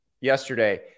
yesterday